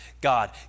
God